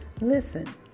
listen